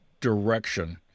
direction